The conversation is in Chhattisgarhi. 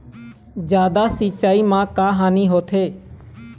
जादा सिचाई म का हानी होथे?